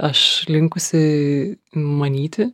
aš linkusi manyti